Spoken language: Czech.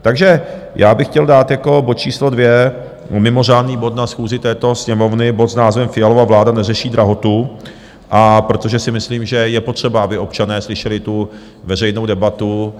Takže já bych chtěl dát jako bod číslo 2, mimořádný bod na schůzi této Sněmovny, bod s názvem Fialova vláda neřeší drahotu, protože si myslím, že je potřeba, aby občané slyšeli tu veřejnou debatu.